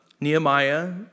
Nehemiah